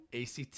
ACT